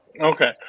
Okay